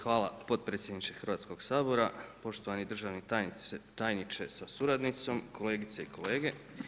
Hvala potpredsjedniče Hrvatskog sabora, poštovani državni tajniče sa suradnicom, kolegice i kolege.